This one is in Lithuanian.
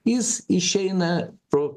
jis išeina pro